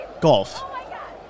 Golf